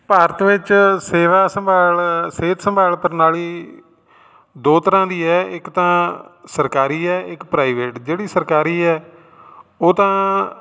ਭਾਰਤ ਵਿੱਚ ਸੇਵਾ ਸੰਭਾਲ ਸਿਹਤ ਸੰਭਾਲ ਪ੍ਰਣਾਲੀ ਦੋ ਤਰ੍ਹਾਂ ਦੀ ਹੈ ਇੱਕ ਤਾਂ ਸਰਕਾਰੀ ਹੈ ਇੱਕ ਪ੍ਰਾਈਵੇਟ ਜਿਹੜੀ ਸਰਕਾਰੀ ਹੈ ਉਹ ਤਾਂ